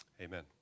Amen